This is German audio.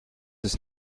ist